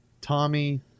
Tommy